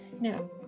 Now